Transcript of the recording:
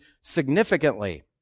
significantly